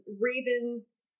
Raven's